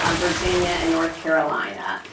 um virginia and north carolina.